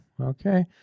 Okay